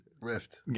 Rift